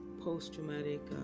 post-traumatic